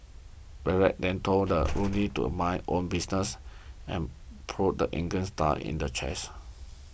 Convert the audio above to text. Barrett then told Rooney to mind his own business and prodded the England star in the chest